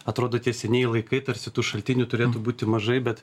atrodo tie senieji laikai tarsi tų šaltinių turėtų būti mažai bet